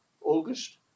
August